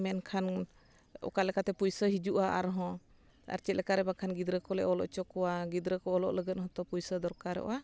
ᱢᱮᱱᱠᱷᱟᱱ ᱚᱠᱟ ᱞᱮᱠᱟᱛᱮ ᱯᱚᱭᱥᱟ ᱦᱤᱡᱩᱜᱼᱟ ᱟᱨᱦᱚᱸ ᱟᱨ ᱪᱮᱫᱞᱮᱠᱟ ᱨᱮ ᱵᱟᱠᱷᱟᱱ ᱜᱤᱫᱽᱨᱟᱹ ᱠᱚᱞᱮ ᱚᱞ ᱦᱚᱪᱚ ᱠᱚᱣᱟ ᱜᱤᱫᱽᱨᱟᱹ ᱠᱚ ᱚᱞᱚᱜ ᱞᱟᱹᱜᱤᱫ ᱦᱚᱸᱛᱚ ᱯᱚᱭᱥᱟ ᱫᱚᱨᱠᱟᱨᱚᱜᱼᱟ